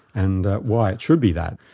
and why it should be that.